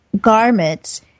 garments